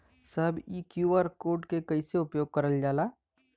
साहब इ QR code के कइसे उपयोग करल जाला?